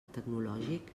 tecnològic